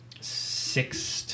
six